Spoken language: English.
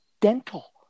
dental